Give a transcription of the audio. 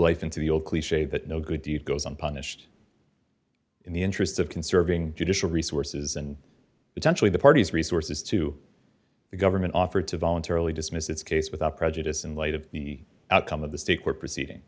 life into the old cliche that no good deed goes unpunished in the interest of conserving judicial resources and eventually the parties resources to the government offered to voluntarily dismiss its case without prejudice in light of the outcome of the state court proceeding